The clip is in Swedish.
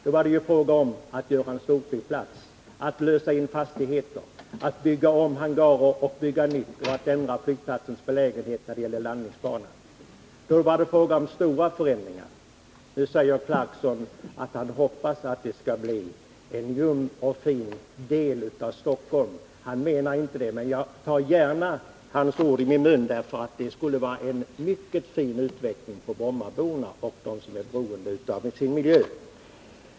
Då var det fråga om att göra en 61 storflygplats, lösa in fastigheter, bygga om hangarer, bygga nytt samt att ändra flygplatsens belägenhet när det gäller landningsbanor. Då var det fråga om stora förändringar. Nu säger Rolf Clarkson att han hoppas att Bromma skall bli en lugn och fin del av Stockholm. Han menar inte det, men jag tar gärna hans ord i min mun. Det skulle nämligen vara en bra utveckling för brommaborna.